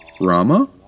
Rama